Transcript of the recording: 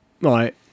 right